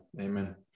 Amen